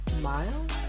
Miles